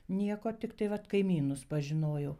nieko tiktai vat kaimynus pažinojau